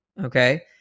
okay